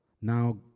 now